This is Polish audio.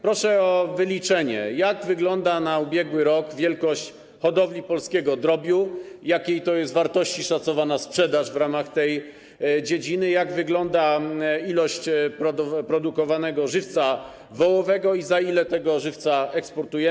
Proszę o wyliczenie, jak wygląda za ubiegły rok wielkość hodowli polskiego drobiu, jakiej to jest wartości szacowana sprzedaż w ramach tej dziedziny, jak wygląda ilość produkowanego żywca wołowego i za ile ten żywiec eksportujemy.